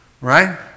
Right